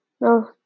No